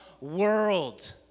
world